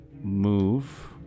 move